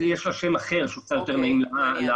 יש לה שם אחר שהוא קצת יותר נעים לאוזן.